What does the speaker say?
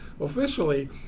officially